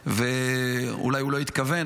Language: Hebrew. ואולי הוא לא התכוון,